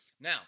Now